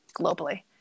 globally